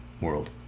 world